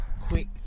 quick